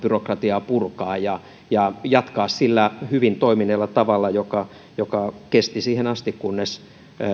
ja byrokratiaa purkaa ja ja jatkaa sillä hyvin toimineella tavalla joka joka kesti siihen asti kunnes